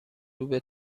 روبه